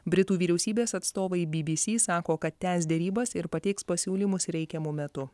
britų vyriausybės atstovai bbc sako kad tęs derybas ir pateiks pasiūlymus reikiamu metu